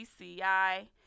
CCI